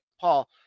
Paul